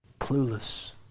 Clueless